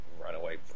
Runaway